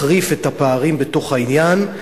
מחריף את הפערים בתוך העניין,